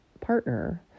partner